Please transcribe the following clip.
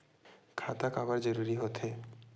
खाता काबर जरूरी हो थे?